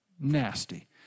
nasty